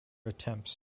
attempts